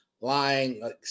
lying